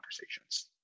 conversations